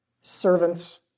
servants